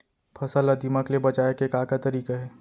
फसल ला दीमक ले बचाये के का का तरीका हे?